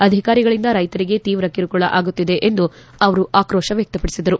ಅಧಿಕಾರಿಗಳಂದ ರೈತರಿಗೆ ತೀವ್ರ ಕಿರುಕುಳ ಆಗುತ್ತಿದೆ ಎಂದು ಅವರು ಆಕ್ರೋಶ ವ್ಯಕ್ತಪಡಿಸಿದರು